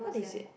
what they said